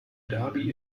dhabi